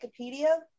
Wikipedia